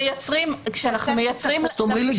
כשאנחנו מייצרים --- תאמרי לי,